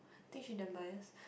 think she damn bias